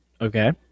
Okay